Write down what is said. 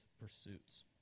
pursuits